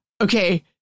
okay